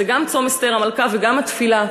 זה גם צום אסתר המלכה וגם התפילה,